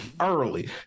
early